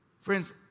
Friends